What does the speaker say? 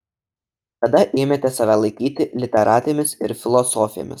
kada ėmėte save laikyti literatėmis ir filosofėmis